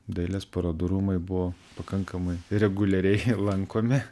dailės parodų rūmai buvo pakankamai reguliariai lankomi